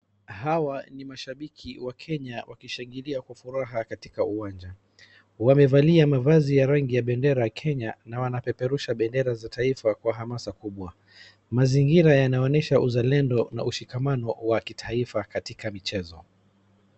Hawa ni mashambiki wa Kenya wakishangilia kwa furaha katika uwanja. Wamevalia mavazi ya rangi ya bendera ya Kenya na wanapeperusha bendera za taifa kwa hamasa kubwa. Mazingira yanaonyesha uzalendo na ushikamano wa kitaifa katika michezo.